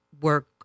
work